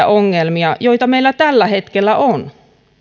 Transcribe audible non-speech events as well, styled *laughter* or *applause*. *unintelligible* ongelmia joita meillä tällä hetkellä on